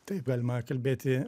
taip galima kalbėti